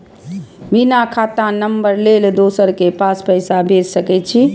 बिना खाता नंबर लेल दोसर के पास पैसा भेज सके छीए?